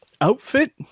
Outfit